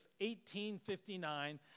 1859